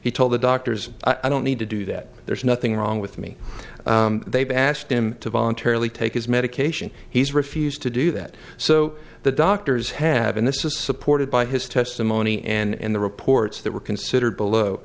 he told the doctors i don't need to do that there's nothing wrong with me they've asked him to voluntarily take his medication he's refused to do that so the doctors have and this is supported by his testimony and the reports that were considered below